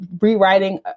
rewriting